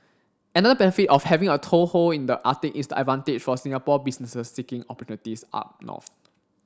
another benefit of having a toehold in the Arctic is the advantage for Singapore businesses seeking opportunities up north